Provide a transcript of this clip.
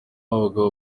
abagabo